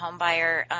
homebuyer